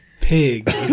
pig